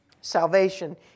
Salvation